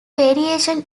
variation